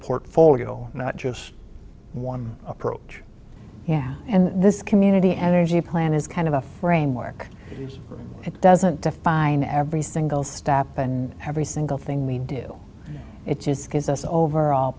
portfolio not just one approach yeah and this community energy plan is kind of a framework it doesn't define every single step and every single thing we do it just gives us an overall